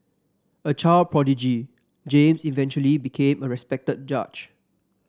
a child prodigy James eventually became a respected judge